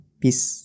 peace